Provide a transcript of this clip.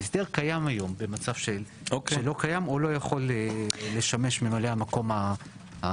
ההסדר קיים היום במצב שלא קיים או לא יכול לשמש ממלא המקום הנוכחי.